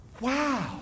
Wow